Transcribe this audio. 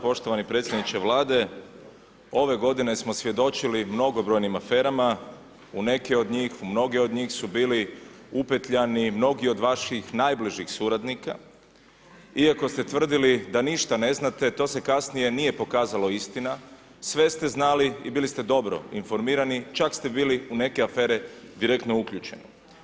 Poštovani predsjedniče Vlade, ove godine smo svjedočili mnogobrojnim aferama, u neke od njih, u mnoge od njih su bili upetljani mnogi od vaših najbližih suradnika iako ste tvrdili da ništa ne znate, to se kasnije nije pokazalo istina, sve ste znali i bili ste dobro informirani, čak ste bili u neke afere direktno uključeni.